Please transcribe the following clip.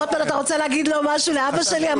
רוטמן, אתה רוצה להגיד משהו לאבא שלי המדהים?